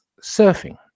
surfing